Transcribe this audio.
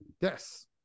Yes